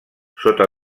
sota